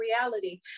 reality